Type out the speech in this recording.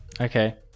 Okay